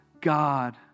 God